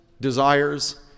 desires